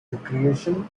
recreation